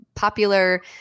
popular